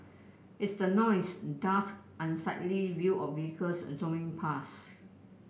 it's the noise dust and unsightly view of vehicles and zooming past